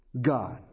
God